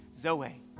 Zoe